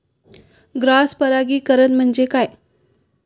Cross परागीकरण म्हणजे काय?